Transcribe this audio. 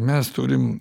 mes turim